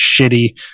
shitty